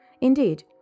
Indeed